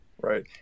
Right